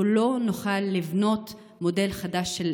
לא נוכל לבנות מודל חדש של